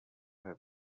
have